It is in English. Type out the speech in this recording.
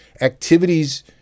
activities